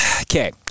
Okay